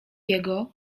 jego